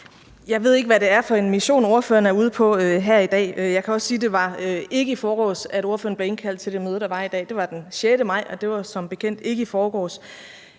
Jeg ved ikke, hvad det er for en mission, spørgeren er ude på her i dag. Jeg kan også sige, at det ikke var i forgårs, der blev indkaldt til det møde, der var i dag. Det var den 6. maj, og det var som bekendt ikke i forgårs.